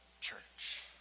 church